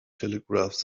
telegraph